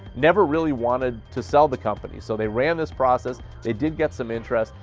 never really wanted to sell the company, so they ran this process, they did get some interest,